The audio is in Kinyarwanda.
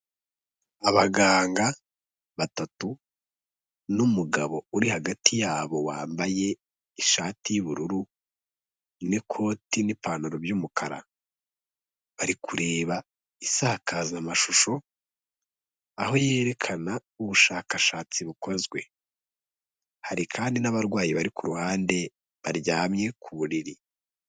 Abaganga batatu n'umugabo uri hagati yabo wambaye ishati y'ubururu n'ikoti n'ipantaro by'umukara bari kureba isakazamashusho, aho yerekana ubushakashatsi bukozwe hari kandi n'abarwayi bari ku ruhande baryamye ku buriri.